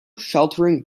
sheltering